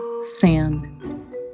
sand